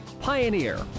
Pioneer